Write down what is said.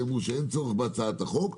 הם אמרו שאין צורך בהצעת החוק,